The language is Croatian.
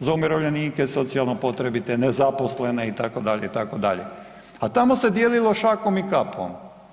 za umirovljenike, socijalno potrebite, nezaposlene itd., itd., a tamo se dijelilo šakom i kapom.